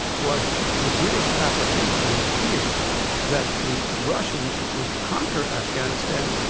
was the british apprehension and fear that the russians would conquer afghanistan,